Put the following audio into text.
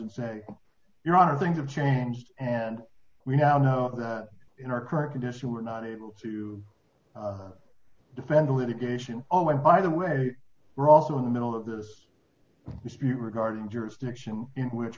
and say your honor things have changed and we now know that in our corrected if you were not able to defend litigation oh and by the way we're also in the middle of this dispute regarding jurisdiction in which